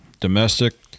domestic